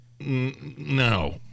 No